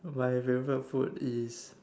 my favourite food is